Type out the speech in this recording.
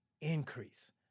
increase